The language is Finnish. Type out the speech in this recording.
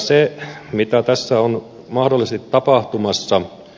se mitä tässä on mahdollisesti tapahtumassa